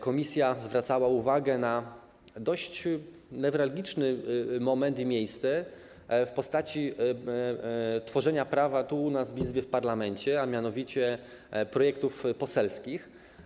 Komisja zwracała uwagę na dość newralgiczny moment i miejsce w postaci tworzenia prawa tu u nas, w Izbie, w parlamencie, a mianowicie projektów poselskich.